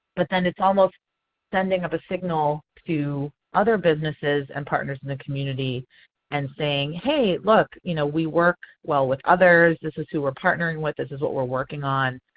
but then it's almost sending of a signal to other businesses and partners in the community and saying, hey look you know we work well with others. this is who we are partnering with. this is what we are working on.